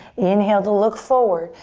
inhale to look forward.